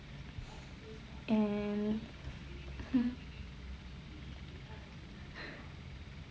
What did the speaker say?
and hmm